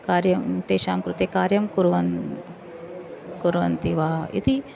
कार्यं तेषां कृते कार्यं कुर्वन् कुर्वन्ति वा इति